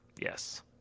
Yes